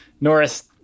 Norris